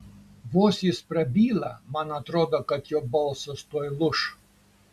vos jis prabyla man atrodo kad jo balsas tuoj lūš